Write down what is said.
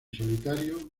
solitario